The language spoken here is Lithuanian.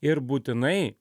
ir būtinai